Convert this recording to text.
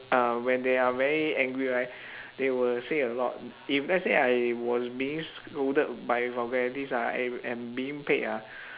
uh when they are very angry right they will say a lot if let's say I was being scolded by vulgarities ah I am being paid ah